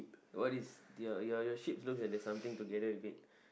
what is your your sheep looks like something together with it